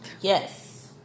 Yes